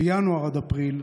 ינואר עד אפריל,